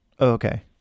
Okay